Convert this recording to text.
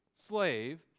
slave